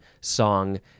song